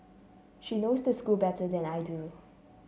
she knows the school better than I do